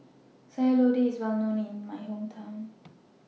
Sayur Lodeh IS Well known in My Hometown